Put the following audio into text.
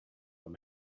were